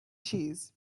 cheese